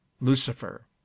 lucifer